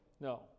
No